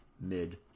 mid